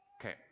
Okay